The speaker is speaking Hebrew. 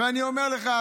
ואני אומר לך,